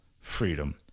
freedom